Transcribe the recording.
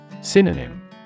Synonym